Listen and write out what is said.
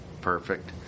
perfect